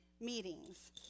meetings